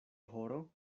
horo